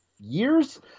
years